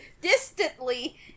distantly